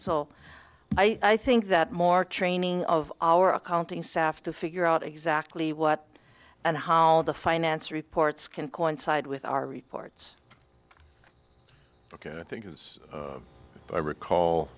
so i think that more training of our accounting saff to figure out exactly what and how the finance reports can coincide with our reports because i think it's i recall